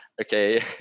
okay